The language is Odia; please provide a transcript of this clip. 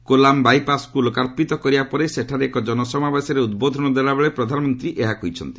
କୋଲାମ୍ ବାଇପାସ୍କୁ ଲୋକାର୍ପିତ କରିବା ପରେ ସେଠାରେ ଏକ ଜନସମାବେଶରେ ଉଦ୍ବୋଧନ ଦେଲାବେଳେ ପ୍ରଧାନମନ୍ତ୍ରୀ ଏହା କହିଛନ୍ତି